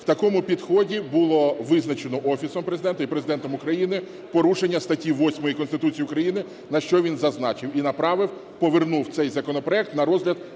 В такому підході було визначено Офісом Президента і Президентом України порушення статті 8 Конституції України, на що він зазначив, і направив, повернув цей законопроект на розгляд